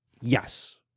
Yes